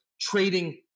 trading